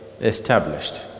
established